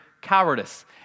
cowardice